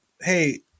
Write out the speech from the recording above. Hey